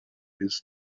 his